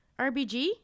RBG